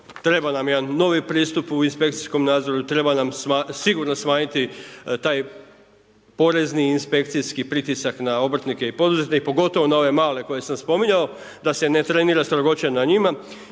trebala nam jedan novi pristup u inspekcijskom nadzoru i treba nam sigurno smanjiti taj porezni inspekcijski pritisak na obrtnike i poduzetnike pogotovo na ove male koje sam spominjao da se ne trenira strogoća na njima